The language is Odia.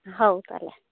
ହଉ ତା'ହେଲେ